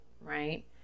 right